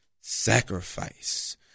sacrifice